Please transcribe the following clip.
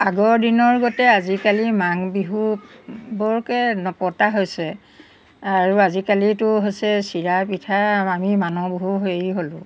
আগৰ দিনৰ গতে আজিকালি মাঘ বিহু বৰকৈ নপতা হৈছে আৰু আজিকালিতো হৈছে চিৰা পিঠা আমি মানুহবোৰ হেৰি হ'লোঁ